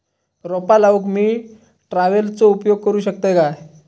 रोपा लाऊक मी ट्रावेलचो उपयोग करू शकतय काय?